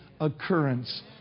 occurrence